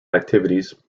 activities